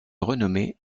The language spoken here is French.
renommé